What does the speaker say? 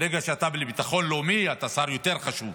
ברגע שאתה שר לביטחון לאומי, אתה שר יותר חשוב.